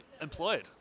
employed